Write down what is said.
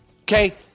Okay